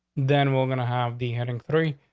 then we're gonna have the heading three,